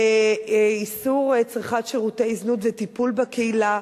לאיסור צריכת שירותי זנות וטיפול בקהילה,